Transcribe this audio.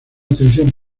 atención